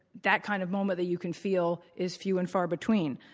that kind of moment that you can feel is few and far between,